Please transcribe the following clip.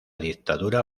dictadura